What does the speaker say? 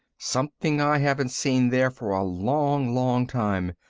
something i haven't seen there for a long, long time.